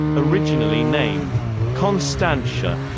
originally named constantia,